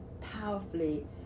powerfully